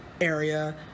area